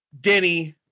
Denny